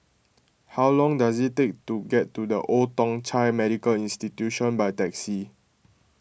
how long does it take to get to the Old Thong Chai Medical Institution by taxi